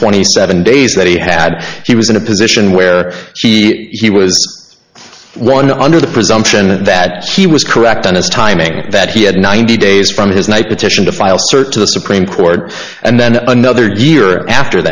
twenty seven days that he had he was in a position where she he was one under the presumption that he was correct on his timing that he had ninety days from his naked tension to file cert to the supreme court and then another year after